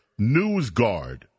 NewsGuard